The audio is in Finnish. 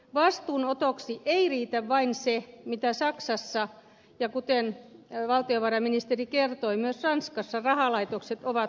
vastuun otoksi ei riitä vain se mitä saksassa ja kuten valtiovarainministeri kertoi myös ranskassa rahalaitokset ovat luvanneet